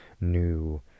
new